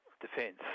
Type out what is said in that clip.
defence